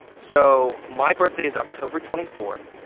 so my birthday is october twenty four,